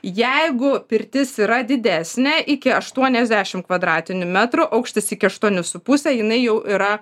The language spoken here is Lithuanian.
jeigu pirtis yra didesnė iki aštuoniasdešim kvadratinių metrų aukštis iki aštuonių su puse jinai jau yra